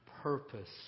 purpose